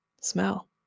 smell